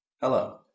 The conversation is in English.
Hello